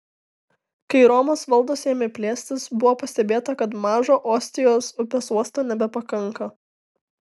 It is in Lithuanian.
kai romos valdos ėmė plėstis buvo pastebėta kad mažo ostijos upės uosto nebepakanka